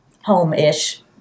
home-ish